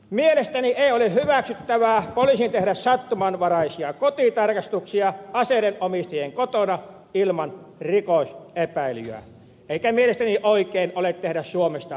mielestäni ei ole hyväksyttävää poliisin tehdä sattumanvaraisia kotitarkastuksia aseiden omistajien kotona ilman rikosepäilyä eikä mielestäni oikein ole tehdä suomesta poliisivaltiota